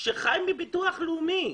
שחי מביטוח לאומי.